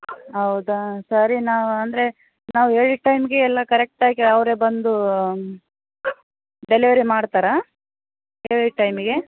ಹೌದಾ ಸರಿ ನಾವು ಅಂದರೆ ನಾವು ಹೇಳಿದ ಟೈಮ್ಗೆ ಎಲ್ಲ ಕರೆಕ್ಟಾಗಿ ಅವರೇ ಬಂದು ಡೆಲಿವರಿ ಮಾಡ್ತಾರಾ ಹೇಳಿದ ಟೈಮಿಗೆ